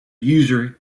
user